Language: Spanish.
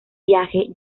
viaje